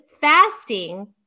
fasting